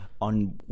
on